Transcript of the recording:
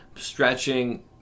stretching